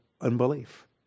unbelief